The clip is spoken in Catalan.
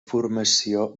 formació